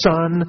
Son